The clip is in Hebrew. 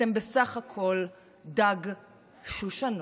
אתם בסך הכול דג שושנון.